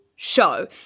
show